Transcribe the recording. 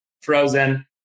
frozen